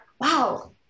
wow